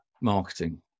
marketing